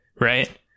right